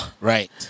Right